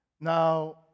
Now